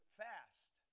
fast